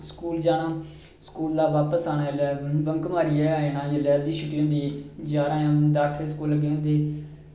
school जाना स्कूला बापस आना जेल्लै आया न्हाइयै अद्धी छुट्टी जारां बजे होंदी अट्ठा बजे स्कूल लग्गी जंदे हे